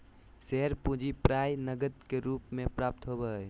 share पूंजी प्राय नकद के रूप में प्राप्त होबो हइ